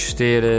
ter